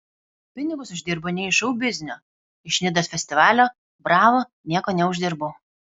pinigus uždirbu ne iš šou biznio iš nidos festivalio bravo nieko neuždirbau